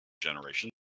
generation